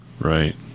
Right